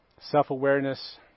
self-awareness